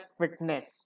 fitness